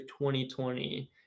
2020